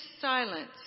silence